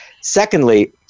Secondly